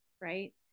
right